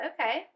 okay